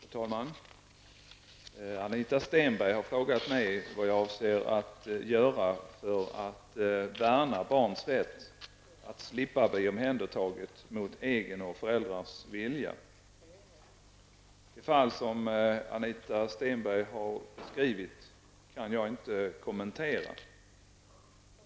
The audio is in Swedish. Fru talman! Anita Stenberg har frågat mig vad jag avser att göra för att värna barns rätt att slippa bli Det fall som Anita Stenberg har beskrivit kan jag inte kommentera.